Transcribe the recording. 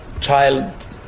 child